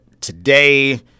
today